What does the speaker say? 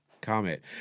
Comment